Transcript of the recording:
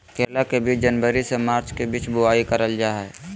करेला के बीज जनवरी से मार्च के बीच बुआई करल जा हय